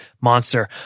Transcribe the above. monster